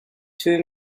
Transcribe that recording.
two